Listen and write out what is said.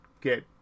get